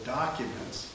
documents